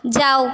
যাও